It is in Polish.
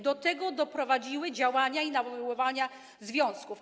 Do tego doprowadziły działania i nawoływania związków.